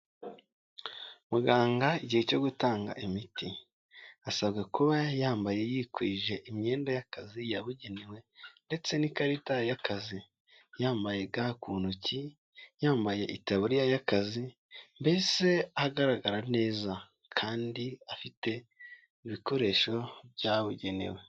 Muganga igihe cyo gutanga imiti, asabwa kuba yambaye yikwije imyenda y'akazi yabugenewe ndetse n'ikarita y'akazi, yambaye ga ku ntoki, yambaye itaburiya y'akazi, mbese agaragara neza kandi afite ibikoresho byabugenewe.